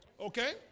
Okay